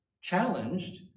challenged